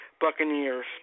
Buccaneers